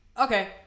Okay